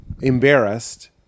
embarrassed